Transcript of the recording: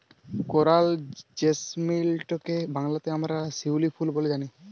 করাল জেসমিলটকে বাংলাতে আমরা শিউলি ফুল ব্যলে জানি